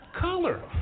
color